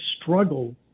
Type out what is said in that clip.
struggle